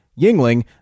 Yingling